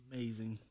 Amazing